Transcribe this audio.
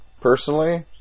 Personally